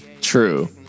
True